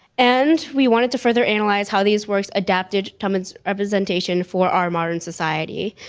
and we wanted to further analyze how these works adapted tubman's representation for our modern society.